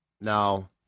No